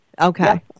Okay